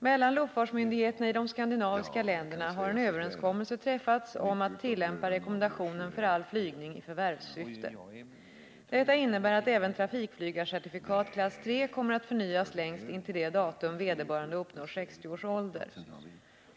Mellan luftfartsmyndigheterna i de skandinaviska länderna har en överenskommelse träffats om att tillämpa rekommendationen för all flygning i förvärvssyfte. Detta innebär att även trafikflygarcertifikat klass 3 kommer att förnyas längst intill det datum vederbörande uppnår 60 års ålder.